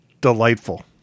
delightful